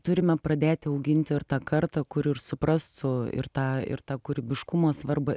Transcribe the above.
turime pradėti auginti ir tą kartą kuri suprastų ir tą ir tą kūrybiškumo svarbą